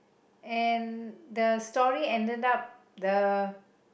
and the story ended up the